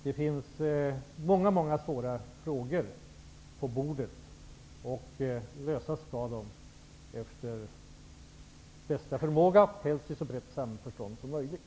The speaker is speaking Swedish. Det finns många svåra frågor på bordet, och de skall lösas efter bästa förmåga, helst i så brett samförstånd som möjligt.